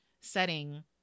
setting